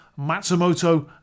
Matsumoto